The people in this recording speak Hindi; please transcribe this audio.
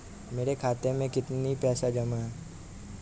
मेरे खाता में कितनी पैसे जमा हैं?